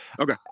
Okay